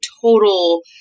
total